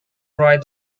ride